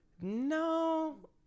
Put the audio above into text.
no